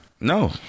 No